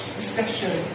discussion